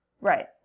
Right